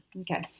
Okay